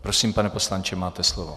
Prosím, pane poslanče, máte slovo.